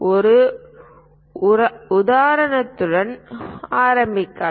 ஒரு உதாரணத்துடன் ஆரம்பிக்கலாம்